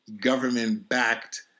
government-backed